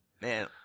Man